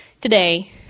today